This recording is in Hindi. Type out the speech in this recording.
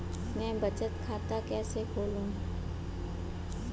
मैं बचत खाता कैसे खोलूं?